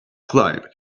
climb